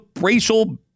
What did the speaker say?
racial